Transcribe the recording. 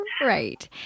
Right